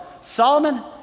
Solomon